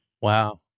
Wow